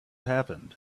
happened